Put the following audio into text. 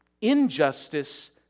injustice